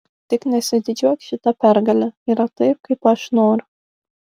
tik nesididžiuok šita pergale yra taip kaip aš noriu